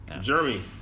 Jeremy